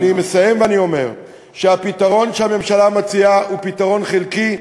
אני מסיים ואני אומר שהפתרון שהממשלה מציעה הוא פתרון חלקי,